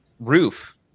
roof